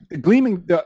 gleaming